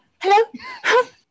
hello